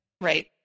Right